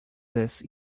this